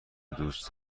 دوست